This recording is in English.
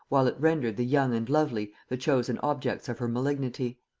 while it rendered the young and lovely the chosen objects of her malignity.